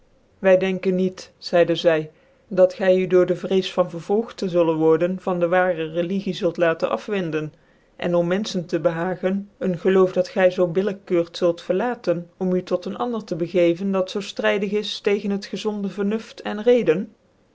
wy denken niet zcidc zy dat gy u door de vrees van vervolgt tc zullen worden van de waarc religie zult laten afwenden en om menfehen tc behagen een geloof dat gy zoo billijk keurt zult verlaten om u tot een ander tc begeevcn dat zoo ftrydig is tegen het gezonde vernuften reden